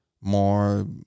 more